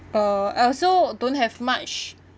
uh I also don't have much